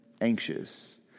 anxious